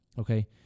Okay